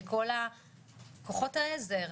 לכל הכוחות העזר,